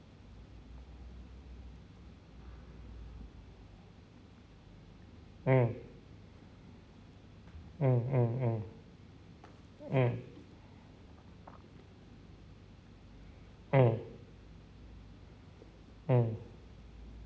mm mm mm mm mm mm mm